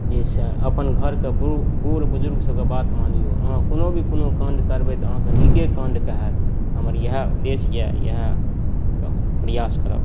जाहिसँ अपन घरके बूढ़ बुज़ुर्गसभकेँ बात मानियौ अहाँ कोनो भी काण्ड करबै तऽ अहाँके नीके काण्ड कहाएत हमर इएह उदेश्य यए इएह कहैके प्रयास करब